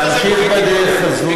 אתה מוזמן להשיב בצורה מסודרת.